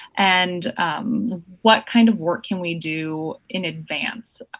and what kind of work can we do in advance,